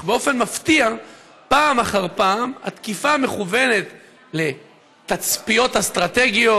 אך באופן מפתיע פעם אחר פעם התקיפה מכוונת לתצפיות אסטרטגיות,